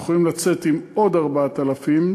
אנחנו יכולים לצאת עם עוד 4,000,